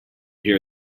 here